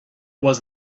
was